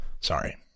Sorry